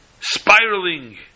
spiraling